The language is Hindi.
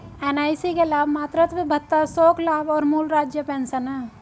एन.आई.सी के लाभ मातृत्व भत्ता, शोक लाभ और मूल राज्य पेंशन हैं